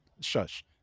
shush